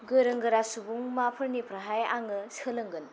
गोरों गोरा सुबुंमाफोरनिफ्रायहाय आङो सोलोंगोन